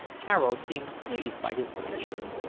tararo seemed pleased by his submission,